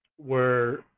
were